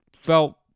felt